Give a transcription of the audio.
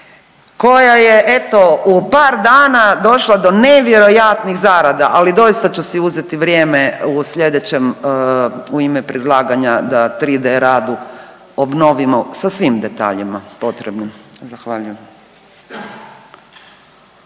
koja je eto u par dana došla do nevjerojatnih zarada, ali doista ću si uzeti vrijeme u sljedećem u ime predlaganja da 3D Radu obnovimo sa svim detaljima potrebnim. Zahvaljujem.